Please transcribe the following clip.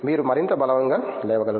మీరు మరింత బలంగా లేవగలరు